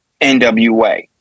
NWA